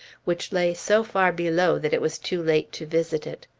which lay so far below that it was too late to visit it.